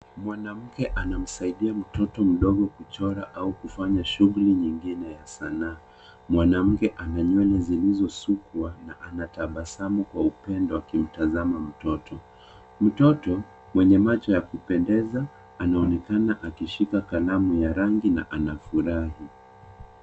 Mwanamke anamsaidia mtoto mdogo kuchora au kufanya shughuli nyingine ya sanaa. Mwanamke ana nywele zilizosukwa na anatabasamu kwa upendo akimtazama mtoto. Mtoto mwenye macho ya kupendeza anaonekana akishika kalamu ya rangi na anafurahi.